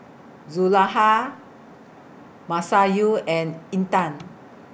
Zulaikha Masayu and Intan